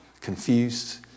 confused